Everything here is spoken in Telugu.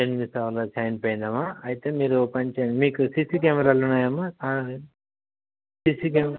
ఎన్ని సవర్ల చైన్ పోయిందమ్మా అయితే మీరు ఓ పని చేయండి అయితే మీకు సీసీ కెమెరాలు ఉన్నాయమ్మా సీసీ కెమ